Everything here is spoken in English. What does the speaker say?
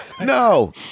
no